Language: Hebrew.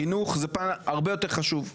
חינוך זה דבר עוד יותר חשוב.